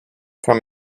from